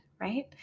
right